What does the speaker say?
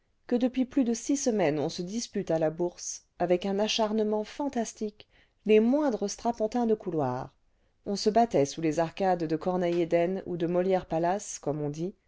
que depuis plus de six semaines on se dispute à la bourse avec un acharnement fantastique les moindres strapontins de couloir on se battait sous les arcades de corneille eden ou de molière palace comme on dit